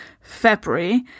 February